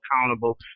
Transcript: accountable